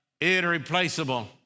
irreplaceable